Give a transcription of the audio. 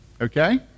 Okay